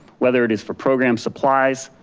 whether it is for program supplies,